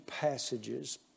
passages